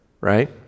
right